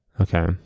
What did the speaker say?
Okay